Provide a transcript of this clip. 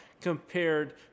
compared